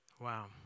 Wow